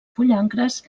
pollancres